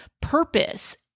purpose